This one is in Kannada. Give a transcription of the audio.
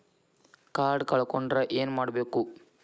ಕಾರ್ಡ್ ಕಳ್ಕೊಂಡ್ರ ಏನ್ ಮಾಡಬೇಕು?